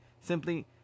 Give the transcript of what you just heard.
Simply